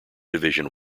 division